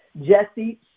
Jesse